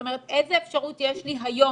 זאת אומרת איזה אפשרות יש לי היום,